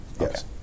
Yes